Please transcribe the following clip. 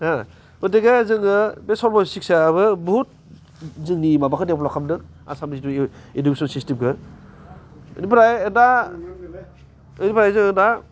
हो गथिखे जोङो बे शर्ब शिक्साआबो बुहुथ जोंनि माबाखौ डेभेलप खालामदों आसामनि जिथु इडुकेसन सिस्टेमखौ एनिफ्राय दा एनिफ्राय जोङो दा